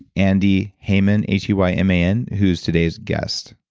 andy heyman, h e y m a n, who's today's guest.